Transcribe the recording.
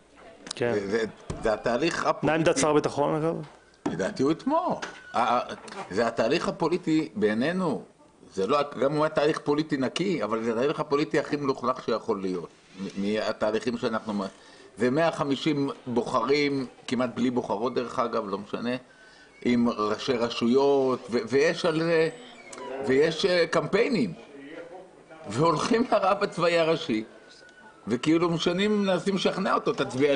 הישיבה ננעלה בשעה 09:54.